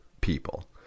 people